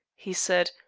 he said.